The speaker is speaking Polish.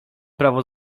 prawo